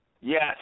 Yes